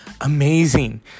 amazing